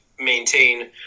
maintain